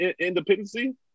independency